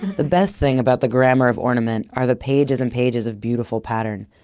the best thing about the grammar of ornament are the pages and pages of beautiful pattern.